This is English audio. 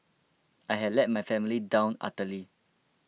I had let my family down utterly